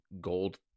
gold